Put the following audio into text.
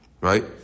right